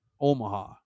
Omaha